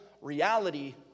reality